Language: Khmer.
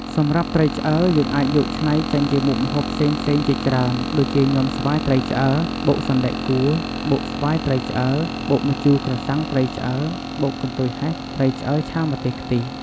សម្រាប់ត្រីឆ្អើរយើងអាចយកច្នៃចេញជាមុខម្ហូបផ្សេងៗជាច្រើន ដូចជាញាំស្វាយត្រីឆ្អើរ បុកសណ្ដែកគួរ បុកស្វាយត្រីឆ្អើរ បុកម្ជូរក្រសាំងត្រីឆ្អើរ បុកកន្ទុយហេះ ត្រីឆ្អើរឆាម្ទេសខ្ទិះ...។